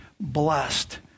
blessed